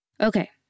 Okay